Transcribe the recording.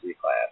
class